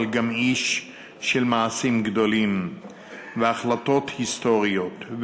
אבל גם איש של מעשים גדולים והחלטות היסטוריות,